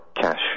cash